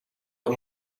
con